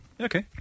Okay